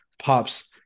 pops